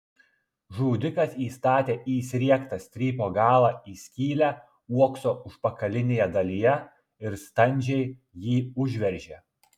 žudikas įstatė įsriegtą strypo galą į skylę uokso užpakalinėje dalyje ir standžiai jį užveržė